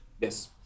Yes